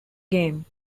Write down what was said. game